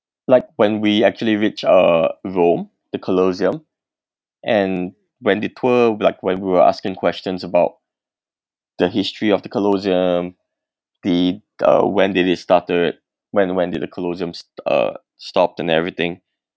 like when we actually reach uh rome the colosseum and when the tour like when we were asking questions about the history of the colosseum the uh when did they started when when did the colosseum uh stopped and everything